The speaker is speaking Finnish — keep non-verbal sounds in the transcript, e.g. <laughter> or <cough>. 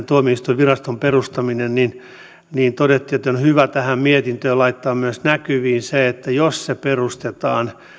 <unintelligible> tuomioistuinviraston perustaminen niin todettiin että on hyvä tähän mietintöön laittaa myös näkyviin se että jos se perustetaan